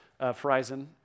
Verizon